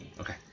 Okay